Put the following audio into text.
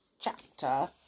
chapter